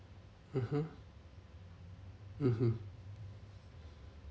mmhmm mmhmm